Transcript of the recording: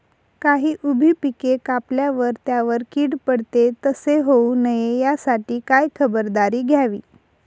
काही उभी पिके कापल्यावर त्यावर कीड पडते, तसे होऊ नये यासाठी काय खबरदारी घ्यावी?